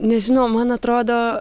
nežinau man atrodo